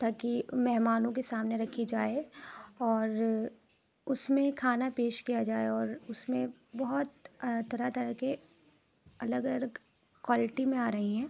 تاکہ مہمانوں کے سامنے رکھی جائے اور اس میں کھانا پیش کیا جائے اور اس میں بہت طرح طرح کے الگ الگ کوالٹی میں آ رہی ہیں